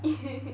it